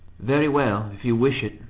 very well if you wish it,